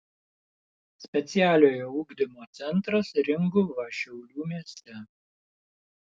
specialiojo ugdymo centras ringuva šiaulių mieste